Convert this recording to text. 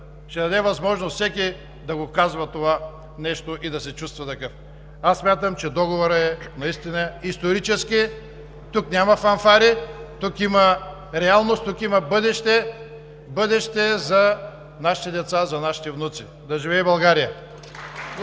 Ще даде възможност всеки да казва това нещо и да се чувства такъв. Аз смятам, че договорът е наистина исторически. Тук няма фанфари, тук има реалност, тук има бъдеще за нашите деца, за нашите внуци! Да живее България!